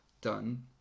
done